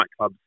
nightclubs